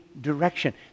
direction